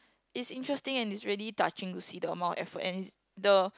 is interesting and it's really touching to see the amount of effort and is the